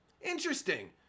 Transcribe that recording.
interesting